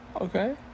Okay